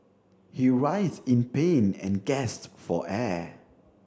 he writhed in pain and gasped for air